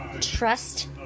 Trust